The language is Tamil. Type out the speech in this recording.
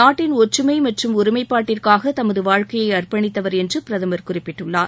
நாட்டின் ஒற்றுமை மற்றும் ஒருமைப்பாட்டிற்காக தனது வாழ்க்கையை அர்பணித்தவர் என்று பிரதமர் குறிப்பிட்டுள்ளார்